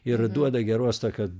ir duoda geros tokio